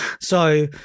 So-